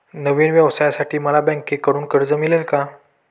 नवीन व्यवसायासाठी मला बँकेकडून कर्ज मिळेल का?